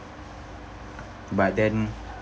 but then